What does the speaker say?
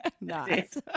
Nice